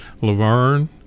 Laverne